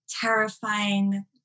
terrifying